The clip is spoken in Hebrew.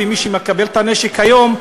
ומי שמקבל את הנשק היום,